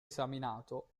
esaminato